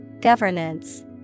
Governance